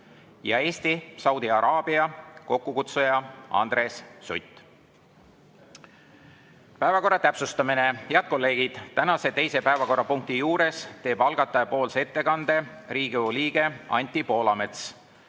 Eesti – Saudi Araabia, kokkukutsuja Andres Sutt. Päevakorra täpsustamine. Head kolleegid, tänase teise päevakorrapunkti juures teeb algataja ettekande Riigikogu liige Anti Poolamets,